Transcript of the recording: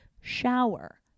shower